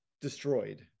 destroyed